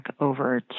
over